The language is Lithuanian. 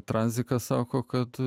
tranzika sako kad